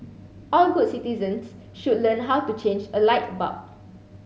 all good citizens should learn how to change a light bulb